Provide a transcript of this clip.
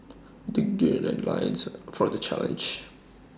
they gird their loins for the challenge